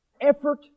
effort